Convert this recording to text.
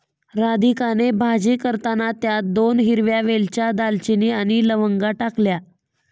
राधिकाने भाजी करताना त्यात दोन हिरव्या वेलच्या, दालचिनी आणि लवंगा टाकल्या